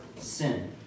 sin